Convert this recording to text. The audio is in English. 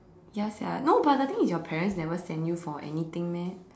ya sia no but the thing is your parents never send you for anything meh